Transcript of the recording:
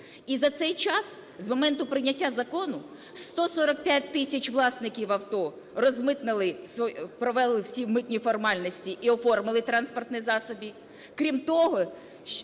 І за цей час, з моменту прийняття закону, 145 тисяч власників авто розмитнили, провели всі митні формальності і оформили транспортні засоби.